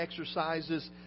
exercises